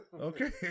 okay